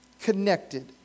connected